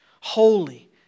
holy